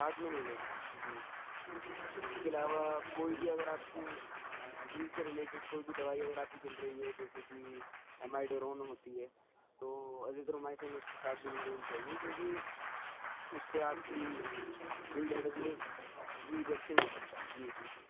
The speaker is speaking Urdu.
ساتھ میں نہیں لینا ہے جی اس کے علاوہ کوئی بھی اگر آپ کی دل سے ریلیٹیڈ کوئی بھی دوائی اگر آپ کی چل رہی ہے جیسے کہ ایمائیڈرو ہوتی ہے تو ایزیتروومائسن اس کے ساتھ بھی نہیں لینی چاہیے کیونکہ اس سے آپ کی دل دھڑکنے جی ری ایکشن ہو سکتا ہے جی جی جی